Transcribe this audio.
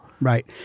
right